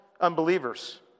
unbelievers